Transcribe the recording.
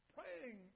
Praying